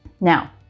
Now